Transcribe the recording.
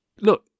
Look